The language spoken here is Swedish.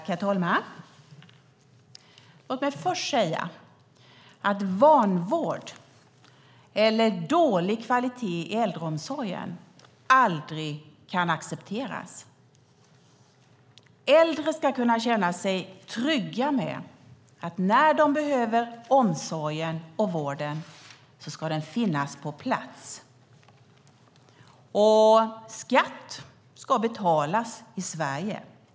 Herr talman! Låt mig först säga att vanvård eller dålig kvalitet i äldreomsorgen aldrig kan accepteras. Äldre ska känna sig trygga med att när de behöver omsorgen och vården ska den finnas på plats. Skatt ska betalas i Sverige.